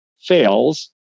fails